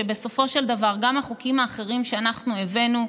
שבסופו של דבר גם החוקים האחרים שאנחנו הבאנו,